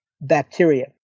bacteria